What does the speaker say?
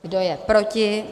Kdo je proti?